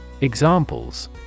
Examples